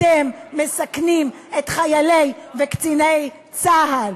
אתם מסכנים את חיילי וקציני צה"ל.